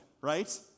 right